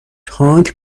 تانک